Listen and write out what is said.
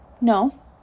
No